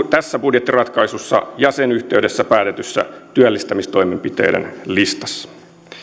tässä budjettiratkaisussa ja sen yhteydessä päätetyssä työllistämistoimenpiteiden listassa